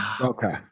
Okay